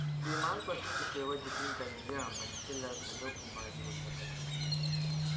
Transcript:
बेमार पशु के सेवा जतन करइया मनखे ल घलोक बिमारी हो सकत हे